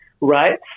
right